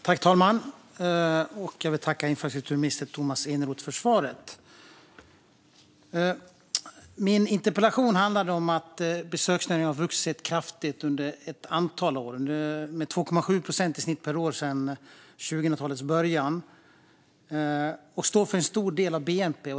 Fru talman! Jag vill tacka infrastrukturminister Tomas Eneroth för svaret. Min interpellation handlade om att besöksnäringen har vuxit kraftigt under ett antal år - med 2,7 procent i snitt per år sedan 2000-talets början - och står för en stor del av bnp.